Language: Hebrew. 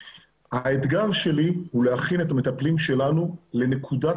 האתגר שלי הוא להכין את המטפלים שלנו לנקודת